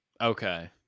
okay